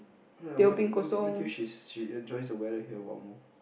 ya wait wait till she's she enjoys the weather here a while more